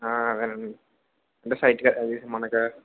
అదేనండి అంటే సైట్ మనకు